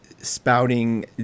Spouting